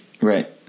Right